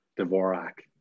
Dvorak